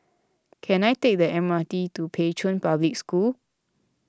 can I take the M R T to Pei Chun Public School